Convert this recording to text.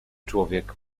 człowiek